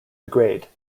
degrade